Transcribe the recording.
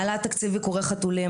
העלאת תקציב עיקורי חתולים,